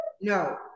no